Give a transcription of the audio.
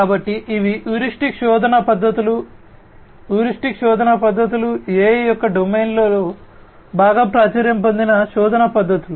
కాబట్టి ఇవి హ్యూరిస్టిక్ శోధన పద్ధతులు హ్యూరిస్టిక్స్ శోధన పద్ధతులు AI యొక్క డొమైన్లో బాగా ప్రాచుర్యం పొందిన శోధన పద్ధతులు